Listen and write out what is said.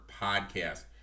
podcast